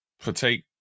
partake